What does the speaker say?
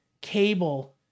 cable